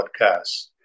Podcasts